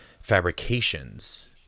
fabrications